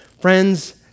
friends